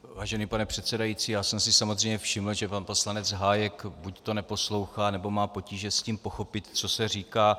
Vážený pane předsedající, já jsem si samozřejmě všiml, že pan poslanec Hájek buďto neposlouchá, nebo má potíže s tím pochopit, co se říká.